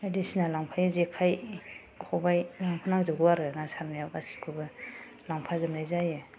बायदिसिना लांफायो जेखाय खबाय बेखौ नांजोबगौ आरो ना सारनायाव गासैखौबो लांफाजोबनाय जायो